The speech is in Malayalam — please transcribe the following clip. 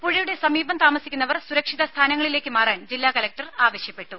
പുഴയുടെ സമീപം താമസിക്കുന്നവർ സുരക്ഷിത സ്ഥാനങ്ങളിലേക്ക് മാറാൻ ജില്ലാ കലക്ടർ ആവശ്വപ്പെട്ടു